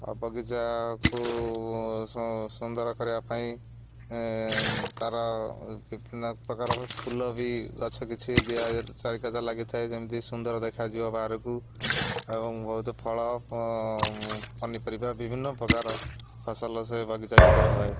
ଆଉ ବଗିଚାକୁ ସୁନ୍ଦର କରିବା ପାଇଁ ତା'ର ବିଭିନ୍ନ ପ୍ରକାର ଫୁଲ ବି ଗଛ କିଛି ଦିଆ ଚାରି ଲାଗିଥାଏ ଯେମିତି ସୁନ୍ଦର ଦେଖାଯିବ ବାହାରକୁ ଏବଂ ବହୁତ ଫଳ ପନିପରିବା ବିଭିନ୍ନ ପ୍ରକାର ଫସଲ ସେ ବଗିଚା ଭିତରେ ହଏ